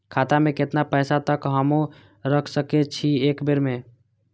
खाता में केतना पैसा तक हमू रख सकी छी एक बेर में?